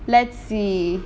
let's see